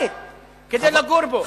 כדי לגור בו,